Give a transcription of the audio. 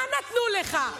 מה נתנו לך?